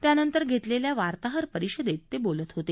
त्यानंतर घेतलेल्या वार्ताहरपरिषदेत ते बोलत होते